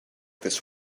this